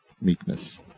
meekness